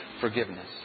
forgiveness